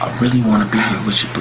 ah really want to be with